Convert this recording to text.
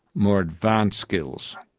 more advanced skills.